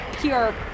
pure